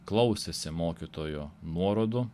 klausęsi mokytojo nuorodų